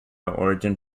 origin